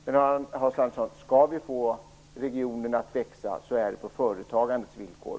Men, Hans Andersson, det är på företagandets villkor som vi får regionerna att växa.